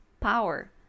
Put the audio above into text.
power